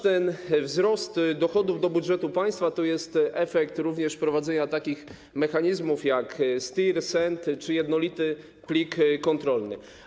Ten wzrost dochodów do budżetu państwa to jest również efekt wprowadzenia takich mechanizmów, jak STIR, SENT czy jednolity plik kontrolny.